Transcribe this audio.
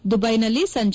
ದುದೈನಲ್ಲಿ ಸಂಜೆ